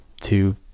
two